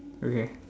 okay